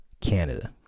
Canada